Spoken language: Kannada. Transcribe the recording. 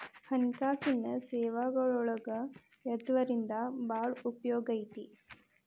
ಹಣ್ಕಾಸಿನ್ ಸೇವಾಗಳೊಳಗ ಯವ್ದರಿಂದಾ ಭಾಳ್ ಉಪಯೊಗೈತಿ?